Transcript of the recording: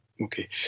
Okay